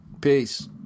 Peace